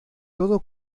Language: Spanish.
todo